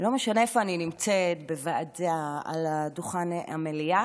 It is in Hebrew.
לא משנה איפה אני נמצאת, בוועדה, על דוכן המליאה,